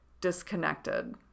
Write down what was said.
disconnected